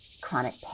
chronic